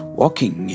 walking